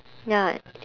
ya